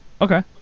Okay